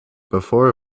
before